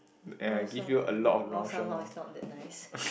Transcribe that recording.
Mao-Shan-Wang Mao-Shan-Wang is not that nice